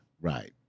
Right